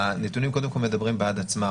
שהנתונים קודם כל מדברים בעד עצמם,